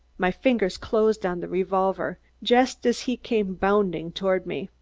my fingers closed on the revolver just as he came bounding toward me.